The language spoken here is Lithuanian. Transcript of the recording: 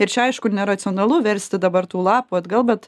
ir čia aišku neracionalu versti dabar tų lapų atgal bet